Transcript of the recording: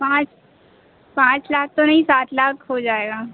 पाँच पाँच लाख तो नहीं सात लाख हो जाएगा